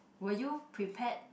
were you prepared